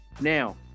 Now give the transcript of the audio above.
Now